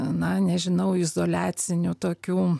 na nežinau izoliacinių tokių